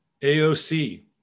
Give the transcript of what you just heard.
AOC